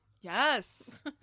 Yes